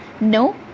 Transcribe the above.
No